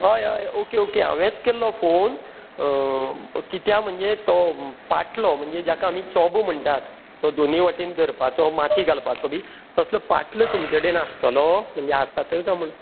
हय हय okay okay हांवेच केल्लो फोन कित्या म्हणजे तो पाटलो म्हणजे जाका आमी चोबो म्हणटात तो दोनूय वाटेन धरपाचो माती घालपाचो बी तसलो पाटलो तुमचे कडेन आसतलो म्हणजे आसा कांय म्हण